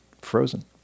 frozen